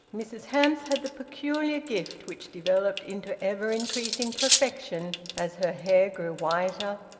mrs hamps had the peculiar gift, which developed into ever-increasing perfection as her hair grew whiter,